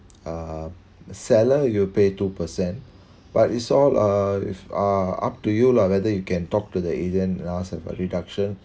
uh seller you pay two per cent but it's all uh with uh up to you lah whether you can talk to the agent and ask them for a reduction